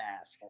ask